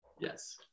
Yes